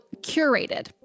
curated